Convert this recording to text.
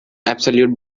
absolute